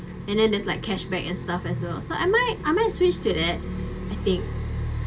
and then there's like cashback and stuff as well so I might I might switch to it I think